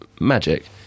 magic